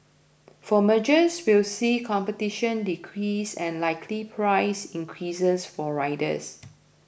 for mergers will see competition decrease and likely price increases for riders